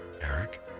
Eric